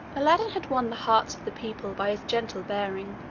aladdin had won the hearts of the people by his gentle bearing.